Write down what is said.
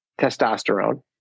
testosterone